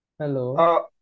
Hello